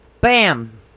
bam